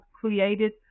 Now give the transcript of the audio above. created